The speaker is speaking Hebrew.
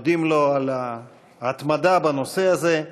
ואנחנו ודאי מודים לו על ההתמדה בנושא הזה.